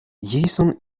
jason